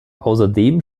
außerdem